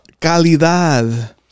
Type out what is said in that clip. Calidad